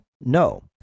No